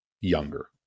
younger